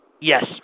Yes